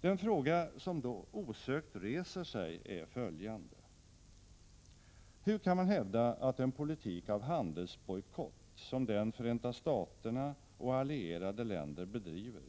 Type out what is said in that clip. Den fråga som osökt reser sig är följande: Hur kan man hävda att en politik med handelsbojkott, som den Förenta Staterna och allierade länder bedriver,